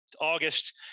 August